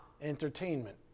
entertainment